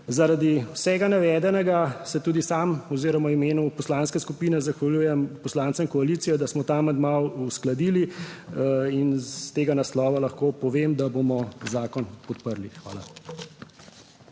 Zaradi vsega navedenega se tudi sam oziroma v imenu poslanske skupine zahvaljujem poslancem koalicije, da smo ta amandma uskladili. In iz tega naslova lahko povem, da bomo zakon podprli. Hvala.